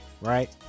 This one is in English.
right